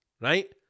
right